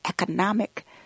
economic